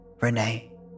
Renee